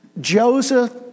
Joseph